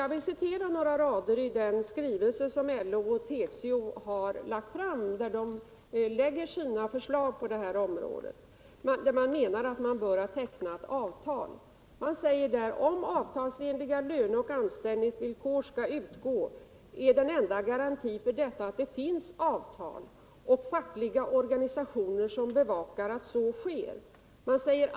Jag vill citera ett avsnitt ur den skrivelse i vilken LO och TCO lägger fram sina förslag på detta område och där organisationerna bl.a. säger att de företag som får stöd skall ha tecknat avtal. I skrivelsen heter det: ”Om avtalsenliga löne och anställningsvillkor skall utgå är den enda garantin för detta att det finns avtal och fackliga organisationer som bevakar att så sker.